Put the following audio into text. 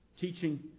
teaching